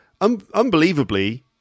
unbelievably